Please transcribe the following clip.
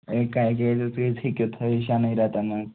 ہے کَتہِ حظ تُہۍ ہیٚکِو تھٲوِتھ شٮ۪نٕے رٮ۪تن منٛز